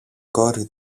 κόρη